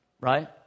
Right